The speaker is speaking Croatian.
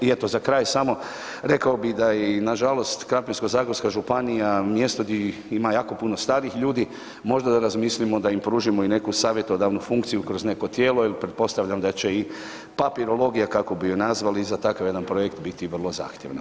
I eto za kraj samo rekao bi da je i nažalost Krapinsko-zagorska županija mjesto gdje ima jako puno starih ljudi, možda da razmislimo da im pružimo i neku savjetodavnu funkciju kroz neko tijelo jer pretpostavljam da će i papirologija kako bi ju nazvali za takav jedan projekt biti vrlo zahtjevna.